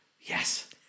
yes